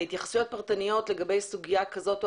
התייחסויות פרטניות לגבי סוגיה כזאת או